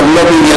וגם לא מענייננו,